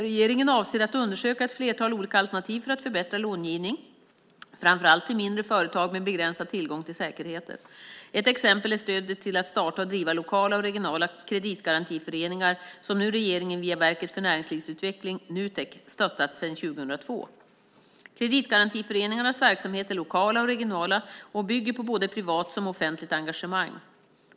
Regeringen avser att undersöka ett flertal olika alternativ för att förbättra långivningen, framför allt till mindre företag med begränsad tillgång till säkerheter. Ett exempel är stödet till att starta och driva lokala och regionala kreditgarantiföreningar, som regeringen via Verket för näringslivsutveckling, Nutek, nu stöttat sedan 2002. Kreditgarantiföreningarnas verksamhet är lokala och regionala och bygger på såväl privat som offentligt engagemang.